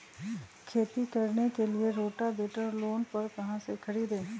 खेती करने के लिए रोटावेटर लोन पर कहाँ से खरीदे?